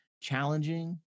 challenging